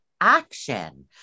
action